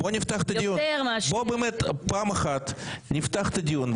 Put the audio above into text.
יותר מאשר --- בוא נפתח את הדיון,